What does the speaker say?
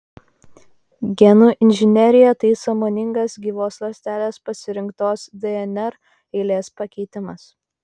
genų inžinerija tai sąmoningas gyvos ląstelės pasirinktos dnr eilės pakeitimas